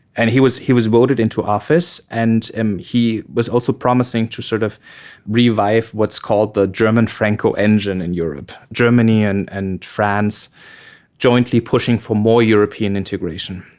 and he was he was voted into office and and he was also promising to sort of revive what's called the german-franco engine in europe, germany and and france jointly pushing for more european integration.